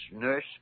Nurse